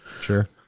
Sure